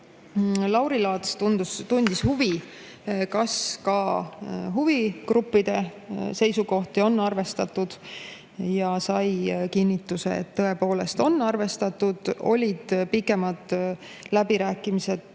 Lauri Laats tundis huvi, kas ka huvigruppide seisukohti on arvestatud, ja sai kinnituse, et tõepoolest on arvestatud. Olid pikemad läbirääkimised